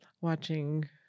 watching